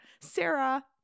Sarah